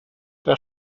der